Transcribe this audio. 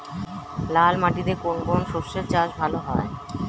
লাল মাটিতে কোন কোন শস্যের চাষ ভালো হয়?